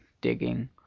digging